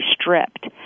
stripped